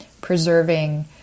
preserving